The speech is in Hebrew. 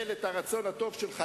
אבל כשאתה תשמע את ההצעות שיש לי,